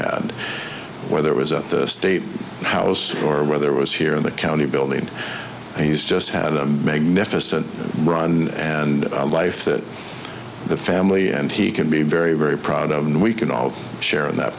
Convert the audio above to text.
had whether it was a state house or whether was here in the county building and he's just had a magnificent run and a life that the family and he can be very very proud of and we can all share in that